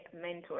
mentor